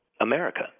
America